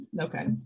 Okay